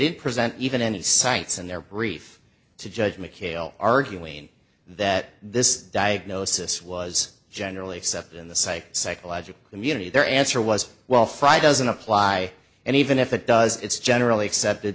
did present even any cites and their brief to judge mchale arguing that this diagnosis was generally accepted in the psych psychological immunity their answer was well five doesn't apply and even if it does it's generally accepted